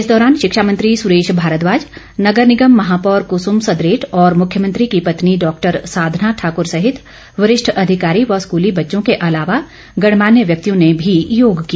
इस दौरान शिक्षा मंत्री सुरेश भारद्वाज नगर निगम महापौर कुसुम सदरेट और मुख्यमंत्री की पत्नी डॉक्टर साधना ठाकुर सहित वरिष्ठ अधिकारी व स्कूली बच्चों के अलावा गणमान्य व्यक्तियों ने भी योग किया